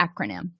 acronym